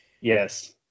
Yes